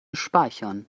speichern